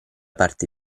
parte